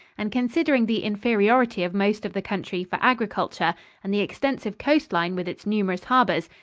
and considering the inferiority of most of the country for agriculture and the extensive coast line with its numerous harbors,